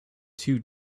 two